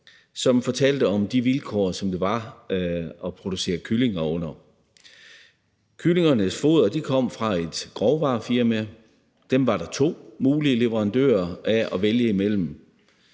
som fortalte om de vilkår, som der var at producere kyllinger under. Kyllingernes foder kom fra et grovvarefirma, og dem var der to mulige leverandører af, som man kunne vælge imellem.